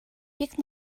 бик